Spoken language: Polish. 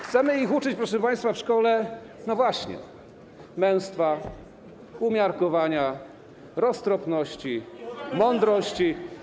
Chcemy ich uczyć, proszę państwa, w szkole, no właśnie, męstwa, umiarkowania, roztropności, mądrości.